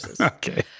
Okay